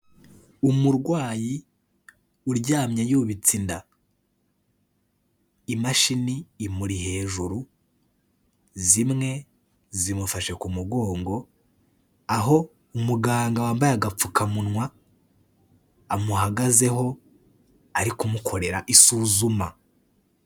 Umurwayi uryamye yubitse inda, imashini imuri hejuru, zimwe zimufashe ku mugongo, aho umuganga wambaye agapfukamunwa amuhagazeho, ari kumukorera isuzuma.